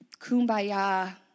kumbaya